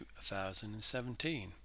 2017